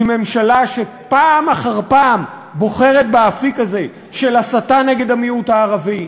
היא ממשלה שפעם אחר פעם בוחרת באפיק הזה של הסתה נגד המיעוט הערבי,